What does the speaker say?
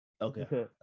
Okay